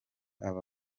aba